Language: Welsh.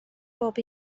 bob